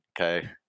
okay